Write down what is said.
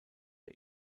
der